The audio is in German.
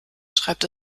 schreibt